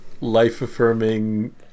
life-affirming